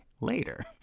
later